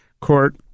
Court